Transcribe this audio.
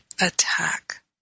attack